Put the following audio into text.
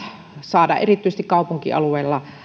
saada erityisesti kaupunkialueella